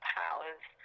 powers